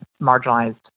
marginalized